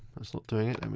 that's not doing it, i mean.